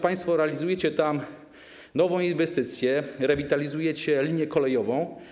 Państwo realizujecie tam nową inwestycję, rewitalizujecie linię kolejową.